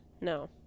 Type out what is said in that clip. No